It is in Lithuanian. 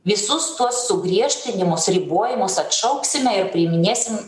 visus tuos sugriežtinimus ribojimus atšauksime ir priiminėsim